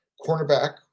cornerback